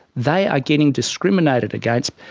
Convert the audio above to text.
they are getting discriminated against,